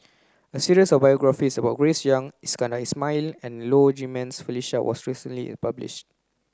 a series of biographies about Grace Young Iskandar Ismail and Low Jimenez Felicia was recently published